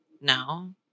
no